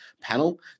panel